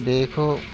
बेखौ